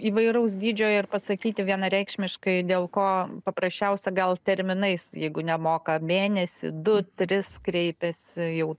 įvairaus dydžio ir pasakyti vienareikšmiškai dėl ko paprasčiausia gal terminais jeigu nemoka mėnesį du tris kreipiasi jau